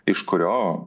iš kurio